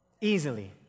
Easily